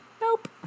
nope